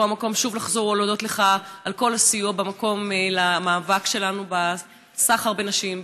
פה המקום לחזור ולהודות לך על כל הסיוע למאבק שלנו בסחר בנשים,